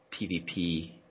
PVP